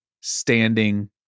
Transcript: standing